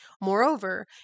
Moreover